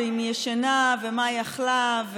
אם היא ישנה ומה היא אכלה.